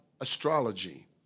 astrology